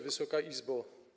Wysoka Izbo!